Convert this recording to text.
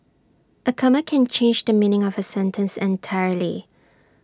A comma can change the meaning of A sentence entirely